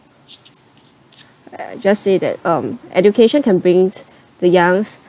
I just say that um education can brings the youngster